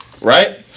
right